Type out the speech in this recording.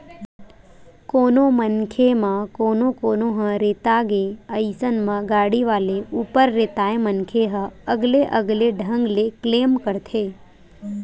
कोनो मनखे म कोनो कोनो ह रेता गे अइसन म गाड़ी वाले ऊपर रेताय मनखे ह अलगे अलगे ढंग ले क्लेम करथे